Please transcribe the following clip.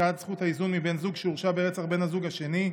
הפקעת זכות האיזון מבן זוג שהורשע ברצח בן הזוג השני),